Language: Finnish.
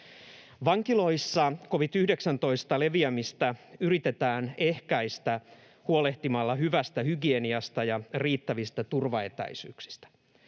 Vankiloissa covid-19:n leviämistä yritetään ehkäistä huolehtimalla hyvästä hygieniasta ja riittävistä turvaetäisyyksistä.